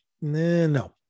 No